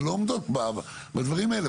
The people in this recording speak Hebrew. שלא עומדות בדברים האלה.